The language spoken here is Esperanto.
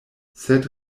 sed